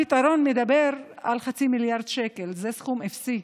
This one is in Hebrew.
הפתרון מדבר על חצי מיליארד שקל, זה סכום אפסי.